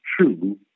true